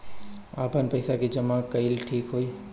आपन पईसा के जमा कईल ठीक होई?